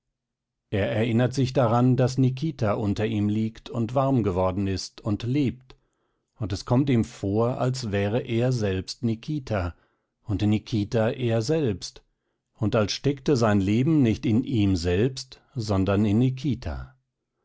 er erinnert sich daran daß nikita unter ihm liegt und warm geworden ist und lebt und es kommt ihm vor als wäre er selbst nikita und nikita er selbst und als steckte sein leben nicht in ihm selbst sondern in nikita